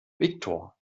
viktor